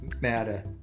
Matter